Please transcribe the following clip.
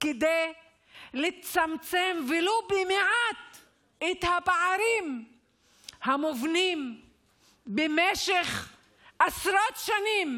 כדי לצמצם ולו במעט את הפערים המובנים במשך עשרות שנים